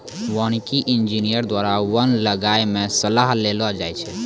वानिकी इंजीनियर द्वारा वन लगाय मे सलाह देलो जाय छै